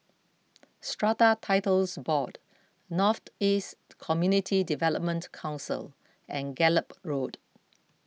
Strata Titles Board North East Community Development Council and Gallop Road